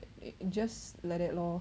just like that lor